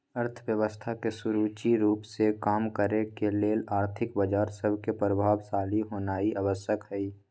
अर्थव्यवस्था के सुचारू रूप से काम करे के लेल आर्थिक बजार सभके प्रभावशाली होनाइ आवश्यक हइ